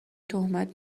تهمت